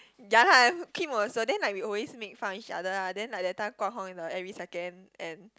ya lah Kim also then like we always make fun of each other lah then like that time Guang-Hong in the every second and